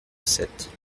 sept